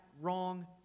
wrong